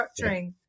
structuring